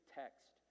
text